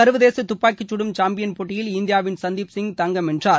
ச்வதேச துப்பாக்கிச்கடும் சாம்பியன் போட்டியில் இந்தியாவின் சந்தீப் சிங் தங்கப் பதக்கம் வென்றார்